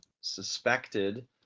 suspected